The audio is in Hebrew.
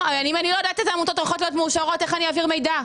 אם אני לא יודעת אילו עמותות הולכות להיות מאושרות איך אעביר מידע?